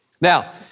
Now